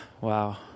wow